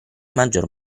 maggior